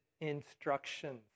instructions